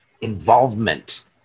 involvement